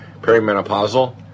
perimenopausal